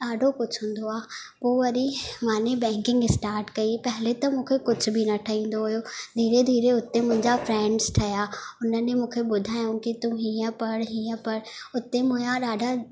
ॾाढो कुझु हूंदो आहे पोइ वरी माने बैंकिंग स्टाट कई पहले त मूंखो कुझु बि ठहींदो हुयो धीरे धीरे उते मुंहिंजा फ्रैंड्स ठहिया उन ॾींहुं मूंखे ॿुधायो की तू हीअं पढ़ हीअं पढ़ उते मुंहिंजा ॾाढा